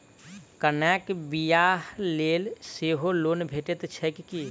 कन्याक बियाह लेल सेहो लोन भेटैत छैक की?